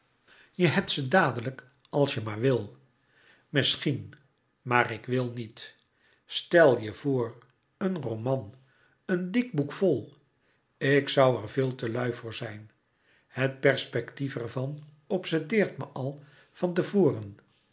je hebt ze dadelijk als je maar wil misschien maar ik wil niet stel je voor een roman een dik boek vol ik zoû er veel te lui voor zijn het perspectief ervan obsedeert me al van te voren